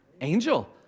angel